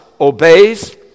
obeys